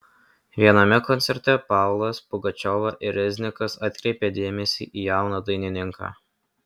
viename koncerte paulas pugačiova ir reznikas atkreipė dėmesį į jauną dainininką